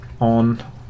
on